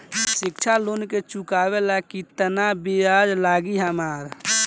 शिक्षा लोन के चुकावेला केतना ब्याज लागि हमरा?